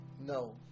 No